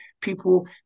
people